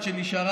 חצי.